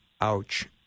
ouch